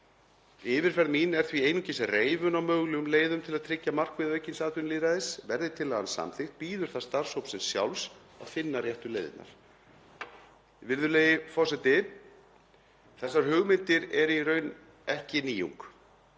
Yfirferð mín er því einungis reifun á mögulegum leiðum til að tryggja markmið aukins atvinnulýðræðis. Verði tillagan samþykkt bíður það starfshópsins sjálfs að finna réttu leiðirnar. Virðulegi forseti. Þessar hugmyndir eru í raun ekki nýjung.